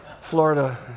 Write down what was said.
Florida